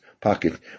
pocket